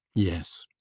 yes.